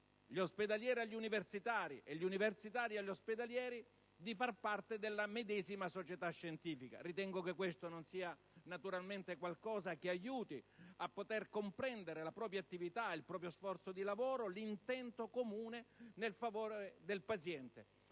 agli universitari e gli universitari agli ospedalieri, di far parte della medesima società scientifica. Ritengo che questo non aiuti a comprendere la propria attività, il proprio sforzo di lavoro, l'intento comune nel favore del paziente.